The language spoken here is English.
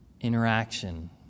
interaction